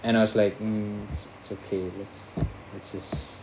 and I was like mm okay let let's just